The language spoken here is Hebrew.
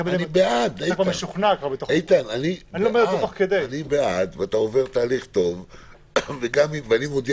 את השאלה שלך, אבל אני עוד לא מבין